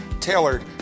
tailored